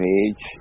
age